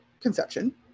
conception